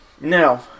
Now